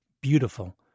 beautiful